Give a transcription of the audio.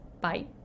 Bye